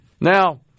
Now